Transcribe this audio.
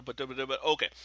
Okay